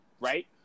right